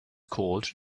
called